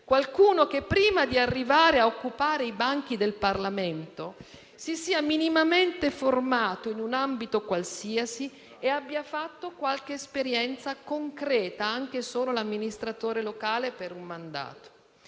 qualcuno che, prima di arrivare a occupare i banchi del Parlamento, si sia minimamente formato in un ambito qualsiasi e abbia fatto qualche esperienza concreta, anche solo l'amministratore locale per un mandato.